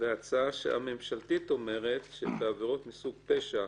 ההצעה הממשלתית אומרת שבעבירות מסוג פשע